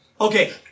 Okay